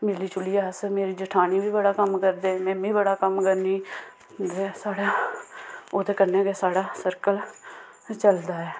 मिली जुलियै अस मेरी जठानी बी बड़ा कम्म करदे में बी बड़ा कम्म करनी ते साढ़ा ओह्दे कन्नै गै साढ़ा सर्कल चलदा ऐ